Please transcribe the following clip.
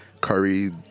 curry